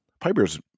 piper's